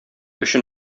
өчен